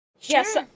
Yes